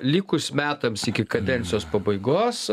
likus metams iki kadencijos pabaigos